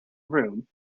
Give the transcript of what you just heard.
room